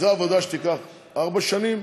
זו עבודה שתיקח ארבע שנים,